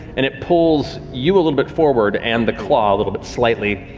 and it pulls you a little bit forward and the claw a little bit slightly